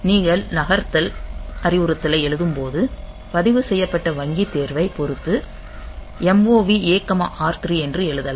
நீங்கள் நகர்த்தல் அறிவுறுத்தலை எழுதும் போது பதிவுசெய்யப்பட்ட வங்கி தேர்வைப் பொறுத்து MOV A R3 என்று எழுதலாம்